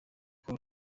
col